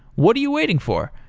what are you waiting for?